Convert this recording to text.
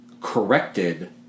corrected